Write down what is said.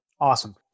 Awesome